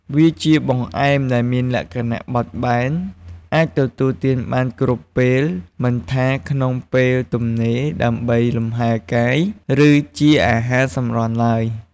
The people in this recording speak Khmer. វាជាបង្អែមដែលមានលក្ខណៈបត់បែន អាចទទួលទានបានគ្រប់ពេល មិនថាក្នុង ពេលទំនេរដើម្បីលំហែកាយ ឬជាអាហារសម្រន់ទ្បើយ។